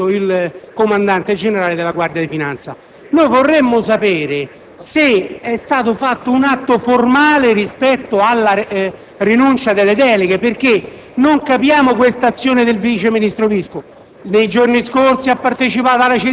che il vice ministro Visco ha ricevuto il nuovo Comandante generale della Guardia di finanza. Noi vorremmo sapere se estato fatto un atto formale rispetto alla rinuncia delle deleghe perche´ non capiamo questa azione del vice ministro Visco.